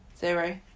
zero